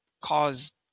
caused